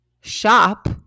shop